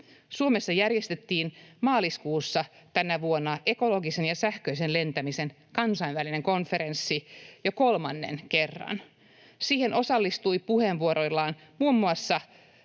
Suomessa järjestettiin maaliskuussa tänä vuonna ekologisen ja sähköisen lentämisen kansainvälinen konferenssi jo kolmannen kerran. Siihen osallistuivat puheenvuoroillaan muun muassa